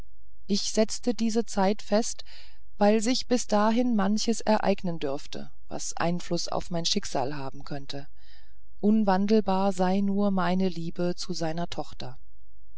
ich setzte diese zeit fest weil sich bis dahin manches ereignen dürfte was einfluß auf mein schicksal haben könnte unwandelbar sei nur meine liebe zu seiner tochter